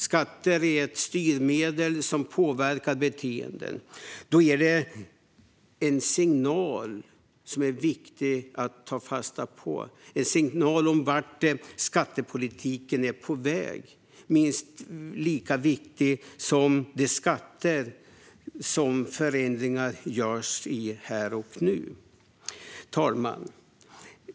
Skatter är styrmedel som påverkar beteenden. De utgör därför en signal som är viktig att ta fasta på - en signal om vart skattepolitiken är på väg som är minst lika viktig som de skatter som det görs förändringar i här och nu. Herr talman!